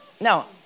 Now